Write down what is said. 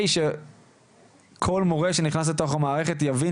כדי שכל מורה שנכנס לתוך המערכת יבין